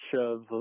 shove